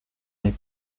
est